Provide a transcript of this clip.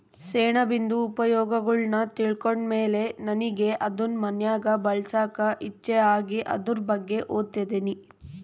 ಸೆಣಬಿಂದು ಉಪಯೋಗಗುಳ್ನ ತಿಳ್ಕಂಡ್ ಮೇಲೆ ನನಿಗೆ ಅದುನ್ ಮನ್ಯಾಗ್ ಬೆಳ್ಸಾಕ ಇಚ್ಚೆ ಆಗಿ ಅದುರ್ ಬಗ್ಗೆ ಓದ್ತದಿನಿ